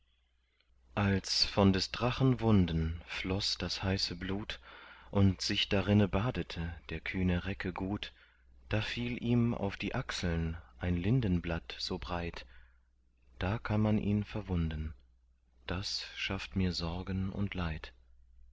als von des drachen wunden floß das heiße blut und sich darinne badete der kühne recke gut da fiel ihm auf die achseln ein lindenblatt so breit da kann man ihn verwunden das schafft mir sorgen und leid